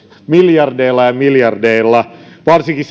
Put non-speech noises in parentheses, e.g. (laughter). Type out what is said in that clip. miljardeilla ja miljardeilla varsinkin (unintelligible)